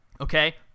Okay